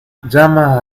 llama